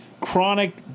chronic